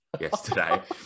yesterday